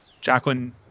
Jacqueline